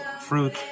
fruit